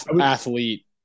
athlete